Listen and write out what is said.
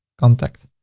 contact.